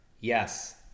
yes